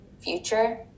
future